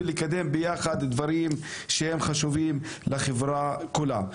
לקדם ביחד דברים שהם חשובים לחברה כולה.